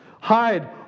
Hide